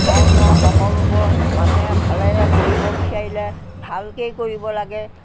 কৰ্ম সকলোবোৰ মানুহে ভালেৰে কৰিব বিচাৰিলে ভালকেই কৰিব লাগে